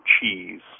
cheese